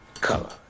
color